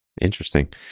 Interesting